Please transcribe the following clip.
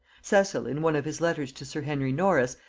cecil in one of his letters to sir henry norris,